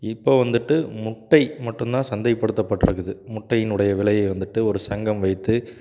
இப்போது வந்துவிட்டு முட்டை மட்டுந்தான் சந்தைப்படுத்தப்பட்டிருக்குது முட்டையினுடைய விலையை வந்துவிட்டு ஒரு சங்கம் வைத்து